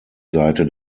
seite